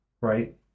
Right